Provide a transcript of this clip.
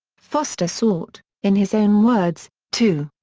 foster sought, in his own words, to.